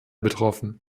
betroffen